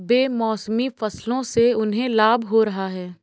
बेमौसमी फसलों से उन्हें लाभ हो रहा है